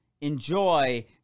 enjoy